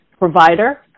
provider